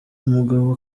umugabo